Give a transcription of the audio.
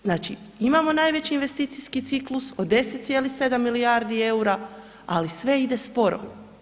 Znači imamo najveći investicijski ciklus od 10,7 milijardi eura, ali sve ide sporo.